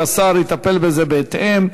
והשר יטפל בזה בהתאם.